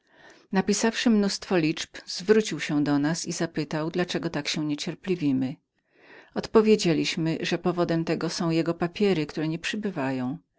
ypsylonami napisawszy massę liczb zwrócił się do nas i zapytał dla czego tak się niecierpliwiliśmy odpowiedzieliśmy że powodem tego były jego papiery które nie przybywały